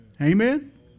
Amen